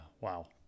Wow